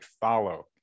follow